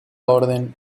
orden